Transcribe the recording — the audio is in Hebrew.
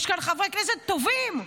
יש כאן חברי כנסת טובים.